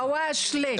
הואשלה.